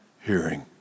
hearing